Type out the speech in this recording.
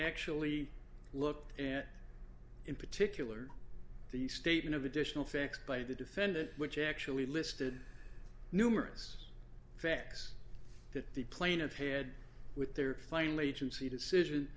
actually looked at in particular the statement of additional facts by the defendant which actually listed numerous facts that the plaintiff head with their final agency decision